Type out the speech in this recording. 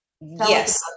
Yes